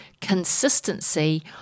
consistency